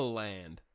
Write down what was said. land